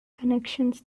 connections